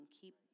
Keep